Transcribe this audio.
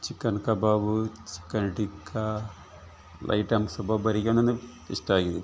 chicken kebab chicken tikka ಒಂದು items ಒಬ್ಬೊಬ್ಬರಿಗೆ ಒನೊಂದು ಇಷ್ಟ ಆಗಿದೆ